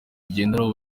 igenderaho